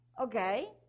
Okay